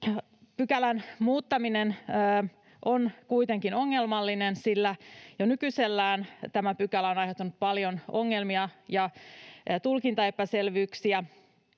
Pykälän muuttaminen on kuitenkin ongelmallista, sillä jo nykyisellään tämä pykälä on aiheuttanut paljon ongelmia ja tulkintaepäselvyyksiä